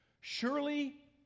Surely